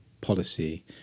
policy